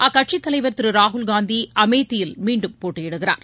அக்கட்சியின் தலைவர் திரு ராகுல்காந்தி அமேதியில் மீண்டும் போட்டியிடுகிறார்